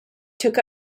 took